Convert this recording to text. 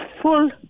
full